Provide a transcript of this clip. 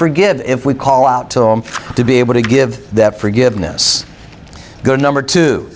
forgive if we call out to him to be able to give that forgiveness a good number to